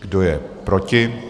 Kdo je proti?